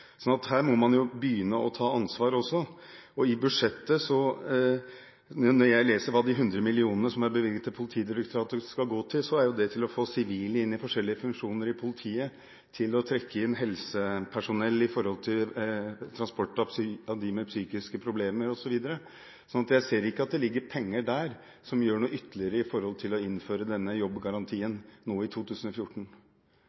her må man begynne å ta ansvar. Når jeg leser i budsjettet hva de 100 mill. kr som er bevilget til Politidirektoratet, skal gå til, er det til å få sivile inn i forskjellige funksjoner i politiet, til å trekke inn helsepersonell i forbindelse med transport av personer med psykiske problemer osv. Jeg ser ikke at det ligger penger der som gjør noe ytterligere for å innføre denne jobbgarantien